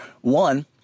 one